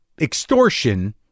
extortion